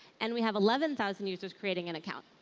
and we have eleven thousand users creating an account.